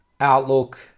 outlook